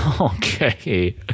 Okay